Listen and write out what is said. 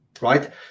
right